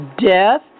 death